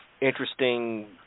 interesting